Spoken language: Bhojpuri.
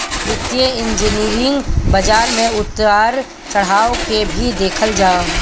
वित्तीय इंजनियरिंग बाजार में उतार चढ़ाव के भी देखत हअ